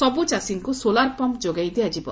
ସବୁ ଚାଷୀଙ୍କୁ solar pump ଯୋଗାଇ ଦିଆଯିବ